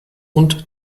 und